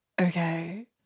okay